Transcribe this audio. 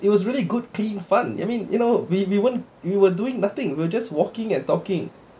it was really good clean fun I mean you know we we weren't we were doing nothing we were just walking and talking